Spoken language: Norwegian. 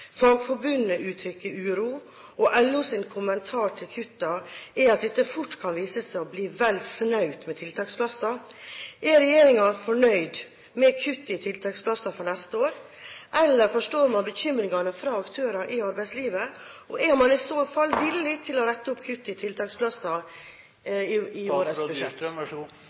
Fagforbundet uttrykker uro, og LOs kommentar til kuttene er at det fort kan vise seg å bli vel snaut med tiltaksplasser. Er regjeringen fornøyd med kutt i tiltaksplasser for neste år, eller forstår man bekymringen fra aktører i arbeidslivet? Er man i så fall villig til å rette opp dette med kutt i tiltaksplasser i